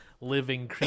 living